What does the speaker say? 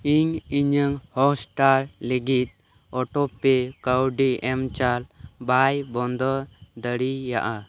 ᱤᱧ ᱤᱧᱟᱹᱝ ᱦᱚᱴᱥᱴᱟᱨ ᱞᱟᱹᱜᱤᱫ ᱚᱴᱳᱯᱮ ᱠᱟᱹᱣᱰᱤ ᱮᱢᱪᱟᱞ ᱵᱟᱭ ᱵᱚᱱᱫᱚ ᱫᱟᱲᱤᱭᱟᱜᱼᱟ